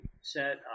set